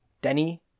Denny